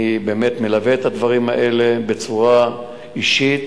אני באמת מלווה את הדברים האלה בצורה אישית,